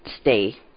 stay